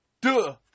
duh